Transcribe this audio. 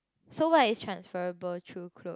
so what is transferable through clothes